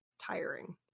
tiring